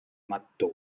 mattoni